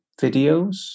videos